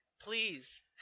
please